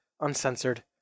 uncensored